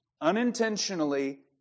unintentionally